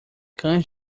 cães